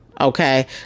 okay